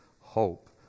hope